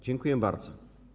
Dziękuję bardzo.